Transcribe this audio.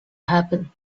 happen